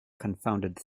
confounded